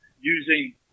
using